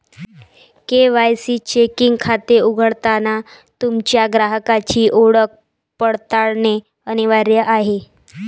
KYC checking खाते उघडताना तुमच्या ग्राहकाची ओळख पडताळणे अनिवार्य आहे